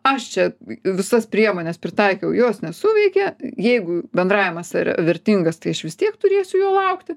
aš čia visas priemones pritaikiau jos nesuveikė jeigu bendravimas yra vertingas tai aš vis tiek turėsiu jo laukti